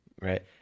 right